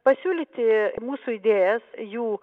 pasiūlyti mūsų idėjas jų